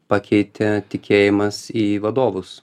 pakeitė tikėjimas į vadovus